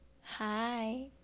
hi